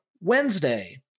Wednesday